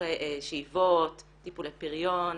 ניתוחי שאיבות, טיפולי פריון.